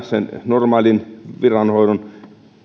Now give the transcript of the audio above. sen normaalin viranhoidon